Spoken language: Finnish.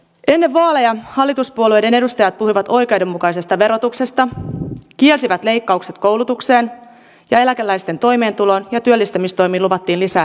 ennen vaaleja hallituspuolueiden edustajat puhuivat oikeudenmukaisesta verotuksesta kielsivät leikkaukset koulutukseen ja eläkeläisten toimeentuloon ja työllistämistoimiin luvattiin lisää resursseja